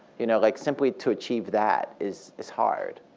you know like simply to achieve that is is hard.